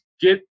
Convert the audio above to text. Get